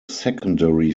secondary